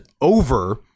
over